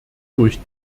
durch